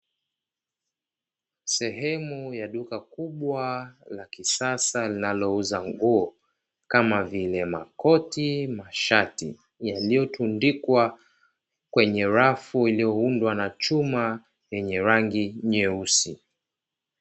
Sehemu ya duka kubwa la kisasa linalouza nguo kama vile makoti, mashati yaliyotundikwa kwenye rafu iliyoundwa na chuma yenye rangi nyeusi.